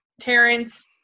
Terrence